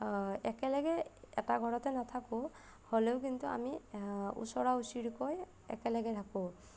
একেলগে এটা ঘৰতে নাথাকোঁ হ'লেও কিন্তু আমি ওচৰা ওচৰিকৈ একেলগে থাকোঁ